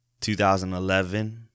2011